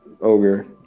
ogre